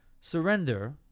Surrender